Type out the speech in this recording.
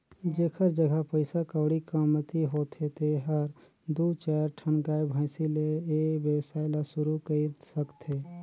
जेखर जघा पइसा कउड़ी कमती होथे तेहर दू चायर ठन गाय, भइसी ले ए वेवसाय ल सुरु कईर सकथे